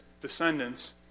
descendants